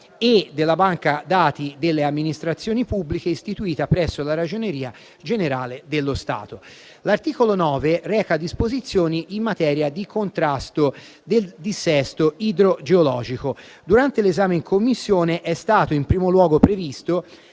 e della banca dati delle amministrazioni pubbliche istituita presso la Ragioneria generale dello Stato. L'articolo 9 reca disposizioni in materia di contrasto del dissesto idrogeologico. Durante l'esame in Commissione è stato previsto